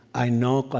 i know ah